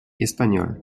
espagnol